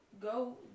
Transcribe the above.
go